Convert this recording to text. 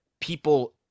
people